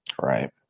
Right